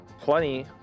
Plenty